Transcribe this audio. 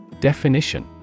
Definition